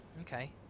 Okay